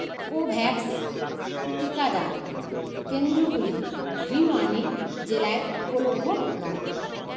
Covax টিকাদান কেন্দ্রগুলি ভিওয়ানি জেলায় উপলভ্য নয়